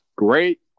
Great